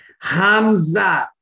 Hamza